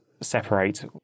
separate